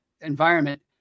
environment